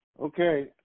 Okay